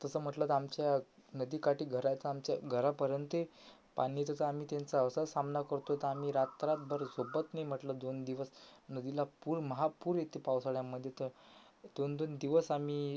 तसं म्हटलं तर आमच्या नदीकाठी घरं आहेत तर आमच्या घरापर्यंत पाणी जसं आम्ही त्यांचा असा सामना करतो तर आम्ही रात्र रात्रभर झोपत नाही म्हटलं दोन दिवस नदीला पूर महापूर येते पावसाळ्यामध्ये तर दोन दोन दिवस आम्ही